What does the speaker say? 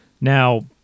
Now